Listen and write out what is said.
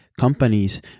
companies